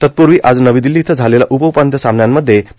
तत्पूर्वी आज नवी दिल्ली इथं झालेल्या उप उपांत्य सामन्यांमध्ये पी